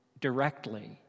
directly